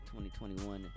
2021